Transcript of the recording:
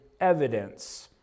evidence